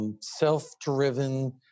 self-driven